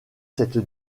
cette